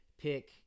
pick